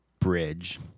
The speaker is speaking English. bridge